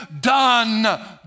done